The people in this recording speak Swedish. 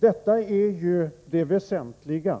Detta är det väsentliga.